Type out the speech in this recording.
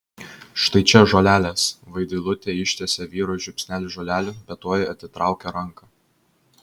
štai čia žolelės vaidilutė ištiesė vyrui žiupsnelį žolelių bet tuoj atitraukė ranką